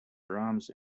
brahms